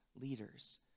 leaders